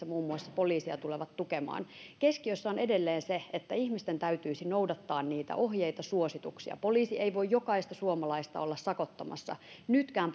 muun muassa liikenteenohjaustehtävissä tulee poliisia tukemaan keskiössä on edelleen se että ihmisten täytyisi noudattaa ohjeita ja suosituksia poliisi ei voi jokaista suomalaista olla sakottamassa nytkään